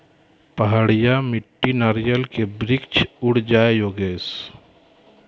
पहाड़िया मिट्टी नारियल के वृक्ष उड़ जाय योगेश?